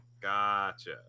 Gotcha